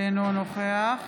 אינו נוכח